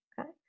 Okay